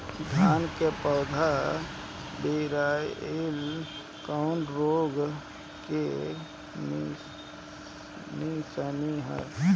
धान के पौधा पियराईल कौन रोग के निशानि ह?